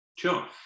Sure